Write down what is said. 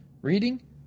reading